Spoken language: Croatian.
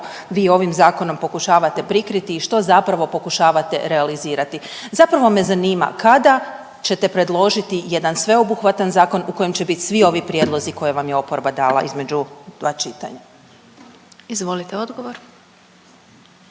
vi ovim zakonom pokušavate prikriti i što zapravo pokušavate realizirati? Zapravo me zanima kada ćete predložiti jedan sveobuhvatan zakon u kojem će biti svi ovi prijedlozi koje vam je oporba dala između dva čitanja? **Glasovac,